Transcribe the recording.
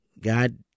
God